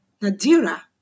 Nadira